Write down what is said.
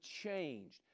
changed